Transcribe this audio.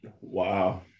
Wow